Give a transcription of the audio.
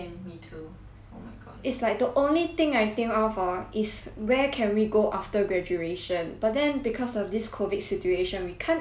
it's like the only thing I think of hor is where can we go after graduation but then because of this COVID situation we can't even go now anymore